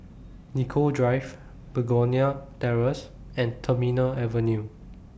Nicoll Drive Begonia Terrace and Terminal Avenue